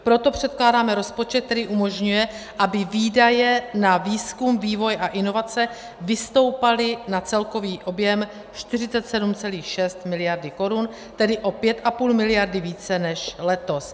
Proto předkládáme rozpočet, který umožňuje, aby výdaje na výzkum, vývoj a inovace vystoupaly na celkový objem 47,6 miliardy korun, tedy o 5,5 miliardy více než letos.